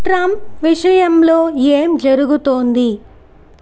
Trump విషయంలో ఏం జరుగుతోంది